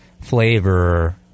flavor